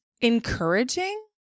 Encouraging